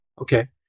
Okay